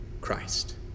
Christ